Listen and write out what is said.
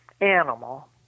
animal